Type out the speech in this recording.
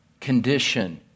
condition